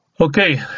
Okay